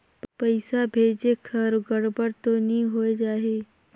पइसा भेजेक हर गड़बड़ तो नि होए जाही?